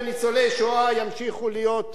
וניצולי שואה ימשיכו להיות.